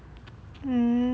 mm